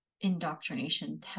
indoctrination